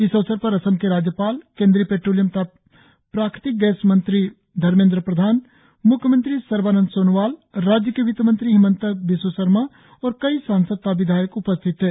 इस अवसर पर असम के राज्यपाल केन्द्रीय पेट्रोलियम तथा प्राकृतिक गैस मंत्री धर्मेन्द्र प्रधान मुख्यमंत्री सर्वानंद सोनोवाल राज्य के वित्तमंत्री हिमंता बिस्व सरमा और कई सांसद तथा विधायक उपस्थित थे